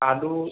आलू